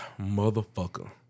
motherfucker